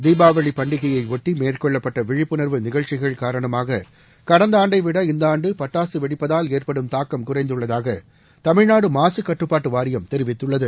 தீபாவளிப் பண்டிகையையாட்டி மேற்கொள்ளப்பட்ட விழிப்புணர்வு நிகழ்ச்சிகள் காரணமாக கடந்த ஆண்டைவிட இந்த ஆண்டு பட்டாசு வெடிப்பதால் ஏற்படும் தாக்கம் குறைந்துள்ளதாக தமிழ்நாடு மாசுக் கட்டுப்பாட்டு வாரியம் தெரிவித்துள்ளது